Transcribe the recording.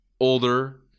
older